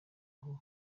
aho